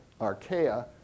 archaea